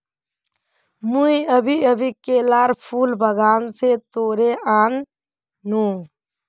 मुई अभी अभी केलार फूल बागान स तोड़े आन नु